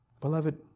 Beloved